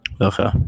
Okay